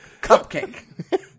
cupcake